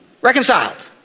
Reconciled